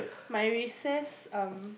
my recess um